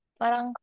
parang